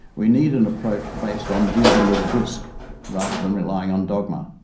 we need an approach based on dealing with risk rather than relying on dogma,